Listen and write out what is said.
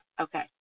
Okay